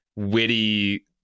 witty